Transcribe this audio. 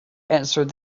answered